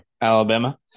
Alabama